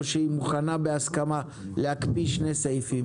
או שהיא מוכנה בהסכמה להקפיא שני סעיפים,